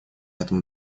этому